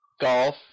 golf